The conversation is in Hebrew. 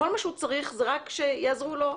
כל מה שהוא צריך זה רק שיעזרו לו.